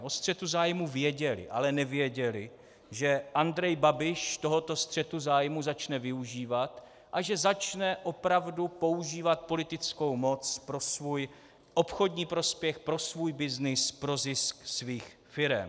O střetu zájmů věděli, ale nevěděli, že Andrej Babiš tohoto střetu zájmů začne využívat a že začne opravdu používat politickou moc pro svůj obchodní prospěch, pro svůj byznys, pro zisk svých firem.